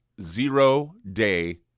Zero-day